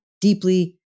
deeply